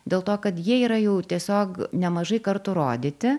dėl to kad jie yra jau tiesiog nemažai kartų rodyti